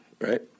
right